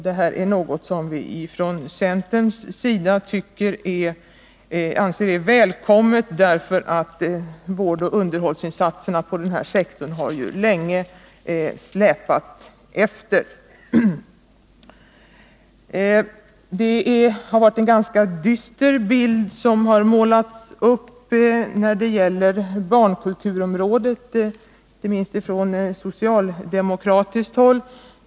Detta är något som vi från centerns sida anser är välkommet, därför att vårdoch underhållsinsatserna på denna sektor ju länge har släpat efter. Det är en ganska dyster bild som man inte minst från socialdemokratiskt håll har målat upp när det gäller barnkulturområdet.